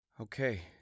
Okay